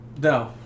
No